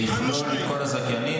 זה יכלול את הזכיינים.